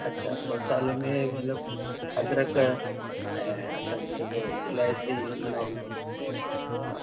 अच्छा मसाले में मतलबु अद्रक ऐं असांजी जेको इलायची लौंग हा